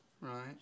Right